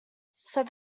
said